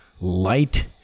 light